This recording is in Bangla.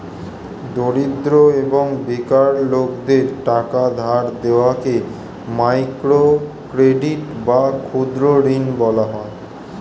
দরিদ্র এবং বেকার লোকদের টাকা ধার দেওয়াকে মাইক্রো ক্রেডিট বা ক্ষুদ্র ঋণ বলা হয়